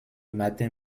martin